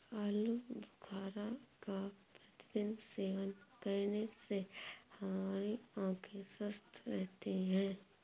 आलू बुखारा का प्रतिदिन सेवन करने से हमारी आंखें स्वस्थ रहती है